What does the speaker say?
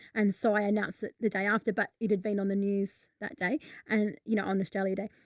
and so i announced it the day after, but it had been on the news. that day and you know on australia day,